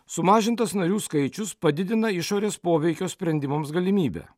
sumažintas narių skaičius padidina išorės poveikio sprendimams galimybę